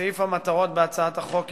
סעיף המטרות בהצעת החוק יבוטל,